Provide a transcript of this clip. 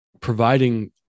providing